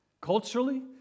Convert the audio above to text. culturally